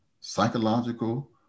psychological